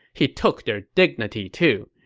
he took their dignity, too.